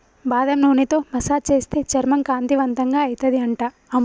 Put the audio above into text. బాదం నూనెతో మసాజ్ చేస్తే చర్మం కాంతివంతంగా అయితది అంట